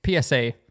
PSA